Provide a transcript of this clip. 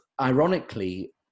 ironically